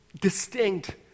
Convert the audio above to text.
distinct